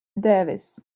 davis